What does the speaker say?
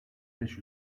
beş